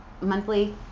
monthly